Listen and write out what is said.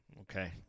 Okay